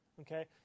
Okay